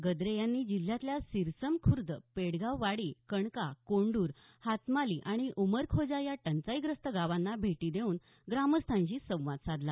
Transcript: गद्रे यांनी जिल्ह्यातल्या सिरसम खुर्द पेडगांव वाडी कणका कोंडुर हातमाली आणि उमरखोजा या टंचाईग्रस्त गावांना भेटी देऊन ग्रामस्थांशी संवाद साधला